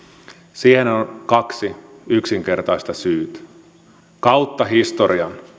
siihenhän on kaksi yksinkertaista syytä kautta historian